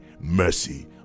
Mercy